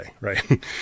right